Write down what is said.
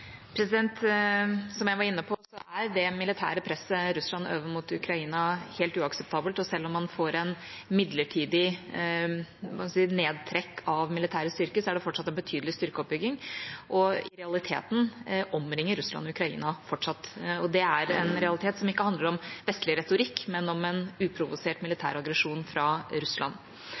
Som jeg var inne på, er det militære presset Russland øver mot Ukraina, helt uakseptabelt. Selv om man får et midlertidig nedtrekk av militære styrker, er det fortsatt en betydelig styrkeoppbygging. I realiteten omringer Russland Ukraina fortsatt, og det er en realitet som ikke handler om vestlig retorikk, men om en uprovosert militær aggresjon fra Russland.